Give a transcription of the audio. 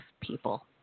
people